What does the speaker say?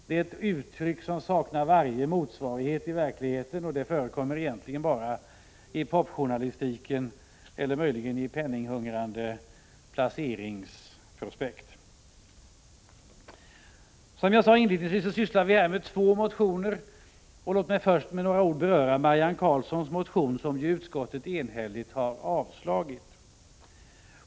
Det är ett uttryck som saknar varje motsvarighet i verkligheten, och det förekommer egentligen bara i popjournalistiken eller möjligen i penninghungrande placerares prospekt. Vi behandlar här två motioner. Låt mig först beröra Marianne Karlssons motion, som utskottet enhälligt har avstyrkt.